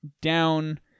down